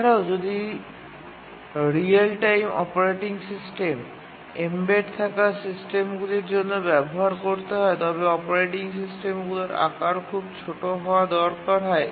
এছাড়াও যদি real time operating system embed থাকা সিস্টেমগুলির জন্য ব্যবহার করতে হয় তবে অপারেটিং সিস্টেমগুলির আকার খুব ছোট হওয়া দরকার হয়